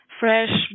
fresh